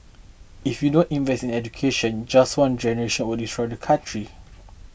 if we don't invest in education just one generation would destroy the country